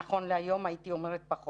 נכון להיום הייתי אומרת, פחות.